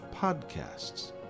podcasts